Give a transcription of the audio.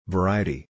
Variety